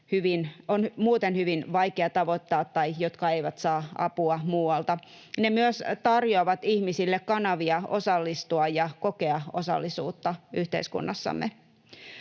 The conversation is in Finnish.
muuten on hyvin vaikea tavoittaa tai jotka eivät saa apua muualta. Ne myös tarjoavat ihmisille kanavia osallistua ja kokea osallisuutta yhteiskunnassamme.